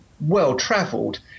well-travelled